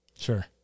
sure